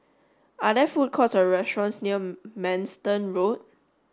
are there food courts or restaurants near Manston Road